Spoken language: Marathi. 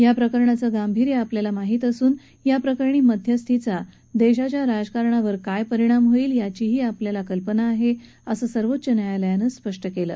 या प्रकरणाचं गांभीर्य आपल्याला माहित असून याप्रकरणी मध्यस्थीचा देशाच्या राजकारणावर काय परिणाम होईल याचीही आपल्याला कल्पना आहे असं सर्वोच्च न्यायालयानं सांगितलं